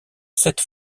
sept